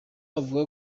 avuga